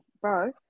bro